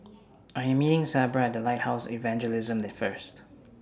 I Am meeting Sabra At The Lighthouse Evangelism The First